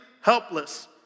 helpless